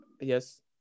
Yes